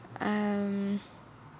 um